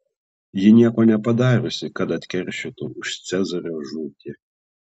ji nieko nepadariusi kad atkeršytų už cezario žūtį